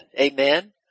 Amen